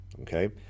Okay